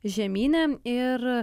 žemyne ir